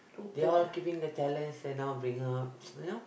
they all keeping the talents and now bring out you know